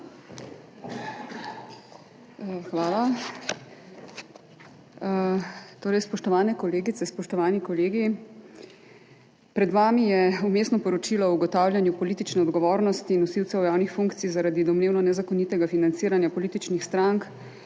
Svoboda): Hvala. Spoštovane kolegice, spoštovani kolegi! Pred vami je vmesno poročilo o ugotavljanju politične odgovornosti nosilcev javnih funkcij zaradi domnevno nezakonitega financiranja političnih strank